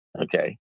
okay